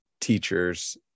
teachers